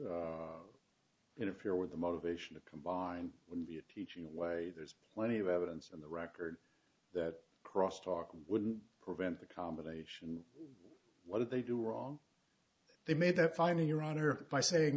interfere with the motivation to combine would be a teacher in a way there's plenty of evidence on the record that crosstalk wouldn't prevent the combination what did they do wrong they made that finding your honor by saying